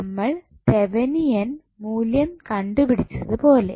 നമ്മൾ തെവനിയൻ തുല്യത കണ്ടുപിടിച്ചത് പോലെ